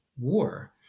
war